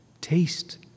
Taste